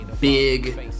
big